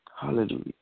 Hallelujah